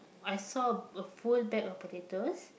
I saw a a full bag of potatoes